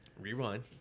rewind